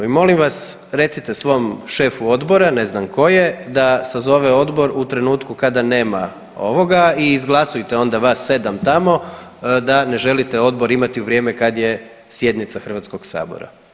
I molim vas recite svom šefu odbora, ne znam tko je, da sazove odbor u trenutku kada nema ovoga i izglasujte onda vas 7 tamo da ne želite odbor imati u vrijeme kad je sjednica Hrvatskog sabora.